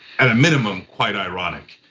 at a minimum quite ironic.